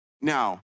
now